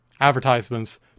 Advertisements